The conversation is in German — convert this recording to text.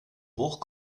bruch